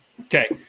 Okay